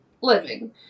living